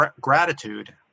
gratitude